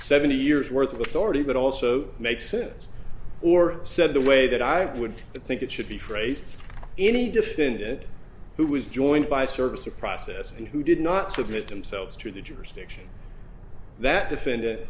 seventy years worth of the story but also makes sense or said the way that i would think it should be phrased any defendant who was joined by service or process and who did not submit themselves to the jurisdiction that defendant